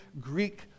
Greek